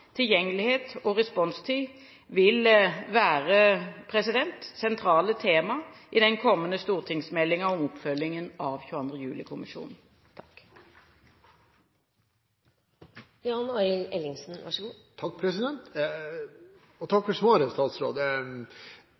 tilgjengelighet og responstid vil være sentrale tema i den kommende stortingsmeldingen om oppfølging av